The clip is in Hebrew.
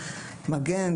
מגן,